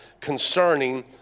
concerning